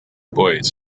boys